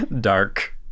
Dark